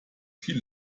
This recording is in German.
viel